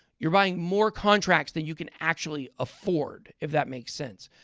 you're buying more contracts than you can actually afford. if that makes sense.